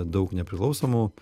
daug nepriklausomų